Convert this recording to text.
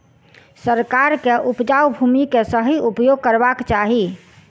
सरकार के उपजाऊ भूमि के सही उपयोग करवाक चाही